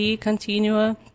Continua